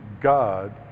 god